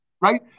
right